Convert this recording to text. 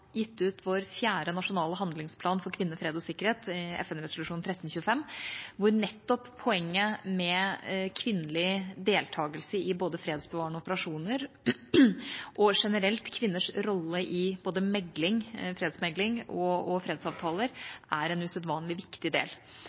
gitt ut vår fjerde nasjonale handlingsplan for kvinner, fred og sikkerhet, FNs sikkerhetsråds resolusjon 1325, hvor nettopp poenget med kvinnelig deltakelse i fredsbevarende operasjoner og generelt kvinners rolle i både fredsmegling og fredsavtaler er en usedvanlig viktig del.